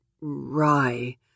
Rye